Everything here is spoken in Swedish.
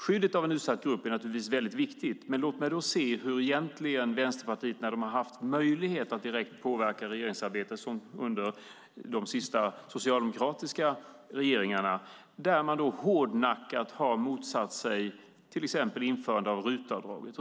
Skyddet av en utsatt grupp är naturligtvis viktigt, men hur har då Vänsterpartiet agerat när man har haft möjlighet att direkt påverka regeringsarbetet, som under de senaste socialdemokratiska regeringarna? Då har man hårdnackat motsatt sig till exempel införandet av RUT-avdraget.